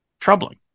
troubling